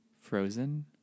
Frozen